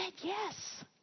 yes